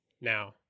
now